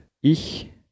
ich